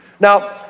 Now